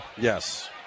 Yes